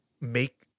make